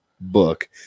book